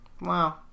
Wow